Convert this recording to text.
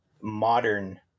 modern